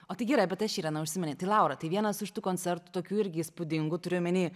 o tai gerai apie tą šyraną užsiminei tai laura tai vienas iš tų koncertų tokių irgi įspūdingų turiu omeny